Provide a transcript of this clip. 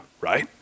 right